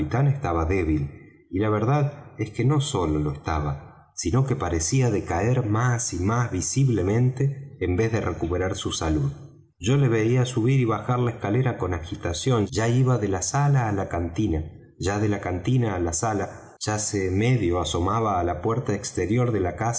estaba débil y la verdad es que no sólo lo estaba sino que parecía decaer más y más visiblemente en vez de recuperar su salud yo le veía subir y bajar la escalera con agitación ya iba de la sala á la cantina ya de la cantina á la sala ya se medio asomaba á la puerta exterior de la